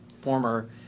former